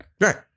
Right